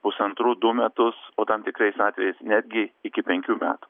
pusantrų du metus o tam tikrais atvejais netgi iki penkių metų